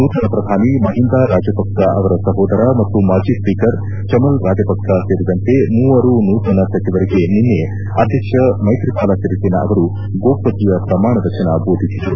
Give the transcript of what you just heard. ನೂತನ ಪ್ರಧಾನಿ ಮಹಿಂದಾ ರಾಜಪಕ್ಕ ಅವರ ಸಹೋದರ ಮತ್ತು ಮಾಜಿ ಸ್ವೀಕರ್ ಚಮಲ್ ರಾಜಪಕ್ಷ ಸೇರಿದಂತೆ ಮೂವರು ನೂತನ ಸಚಿವರಿಗೆ ನಿನ್ನೆ ಅಧ್ಯಕ್ಷ ಮೈತ್ರಿಪಾಲ ಸಿರಿಸೇನ ಅವರು ಗೋಪ್ಯತೆಯ ಪ್ರಮಾಣ ವಚನ ಬೋಧಿಸಿದರು